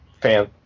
fan